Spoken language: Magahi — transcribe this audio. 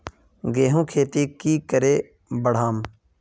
गेंहू खेती की करे बढ़ाम?